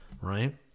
right